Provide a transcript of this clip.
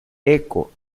eco